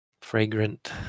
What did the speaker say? fragrant